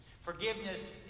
Forgiveness